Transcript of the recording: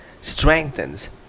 strengthens